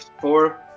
Four